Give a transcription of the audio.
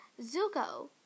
Zuko